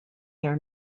their